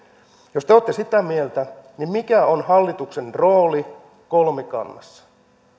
jos te olette sitä mieltä niin mikä on hallituksen rooli kolmikannassa